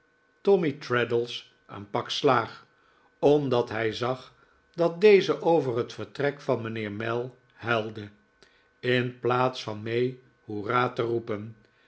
tommy traddles een pak slaag omdat hij zag dat deze over het vertrek van mijnheer mell huilde in pla'ats van mee hoera te roepen